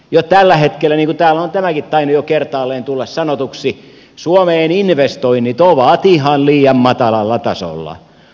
jo tällä hetkellä niin kuin täällä on tänäänkin tainnut jo kertaalleen tulla sanotuksi suomeen investoinnit ovat ihan liian matalalla tasolla